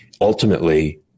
Ultimately